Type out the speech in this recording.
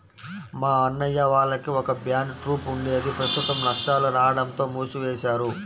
మా అన్నయ్య వాళ్లకి ఒక బ్యాండ్ ట్రూప్ ఉండేది ప్రస్తుతం నష్టాలు రాడంతో మూసివేశారు